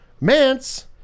Mance